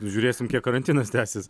žiūrėsim kiek karantinas tęsis